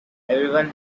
everyone